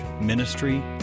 ministry